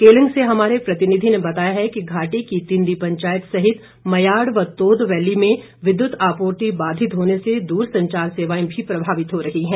केलंग से हमारे प्रतिनिधि ने बताया है कि घाटी की तिंदी पंचायत सहित म्याड़ व तोंद वैली में विद्युत आपूर्ति बाधित होने से दूर संचार सेवाएं भी प्रभावित हो रही है